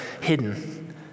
hidden